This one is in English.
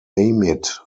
amid